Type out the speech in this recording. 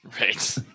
Right